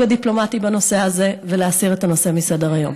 הדיפלומטי בנושא הזה ולהסיר את הנושא מסדר-היום.